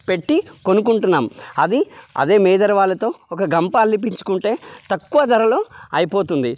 పెట్టి కొనుక్కుంటున్నాము అది అదే మేదరి వాళ్ళతో ఒక గంప అల్లించుకుంటే తక్కువ ధరలో అయిపోతుంది